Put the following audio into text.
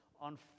on